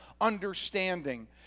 understanding